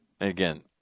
again